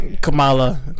Kamala